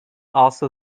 also